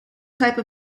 type